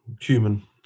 human